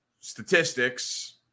statistics